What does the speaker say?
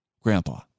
Grandpa